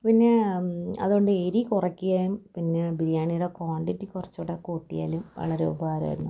പിന്നെ അതു കൊണ്ട് എരി കുറക്കുകയും പിന്നെ ബിരിയാണിയുടെ ക്വാണ്ടിറ്റി കുറച്ചു കൂടി കൂട്ടിയാലും വളരെ ഉപകാരമായിരുന്നു